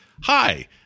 Hi